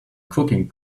cooking